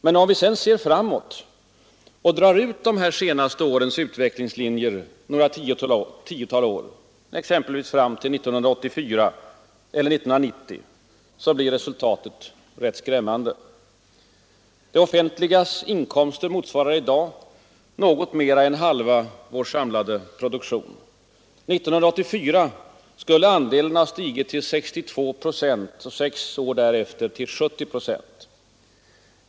Men om vi ser framåt och drar ut de senaste årens utvecklingslinjer några tiotal år — exempelvis fram till 1984 eller 1990 — blir resultatet rätt skrämmande. Det offentligas inkomster motsvarar i dag något mera än halva vår samlade produktion. År 1984 skulle andelen ha stigit till 62 procent och sex år därefter till 70 procent.